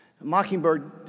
Mockingbird